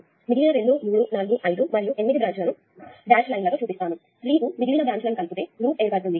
కాబట్టి మిగిలిన 2 3 4 5 మరియు 8 బ్రాంచ్ లను డాష్ లైన్లతో చూపిస్తాను ట్రీ కు మిగిలిన బ్రాంచ్ లను కలిపితే లూప్ ఏర్పడుతుంది